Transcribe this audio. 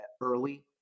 early